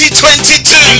2022